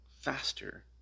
faster